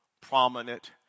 prominent